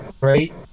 right